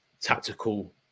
tactical